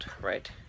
right